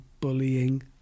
Bullying